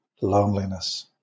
loneliness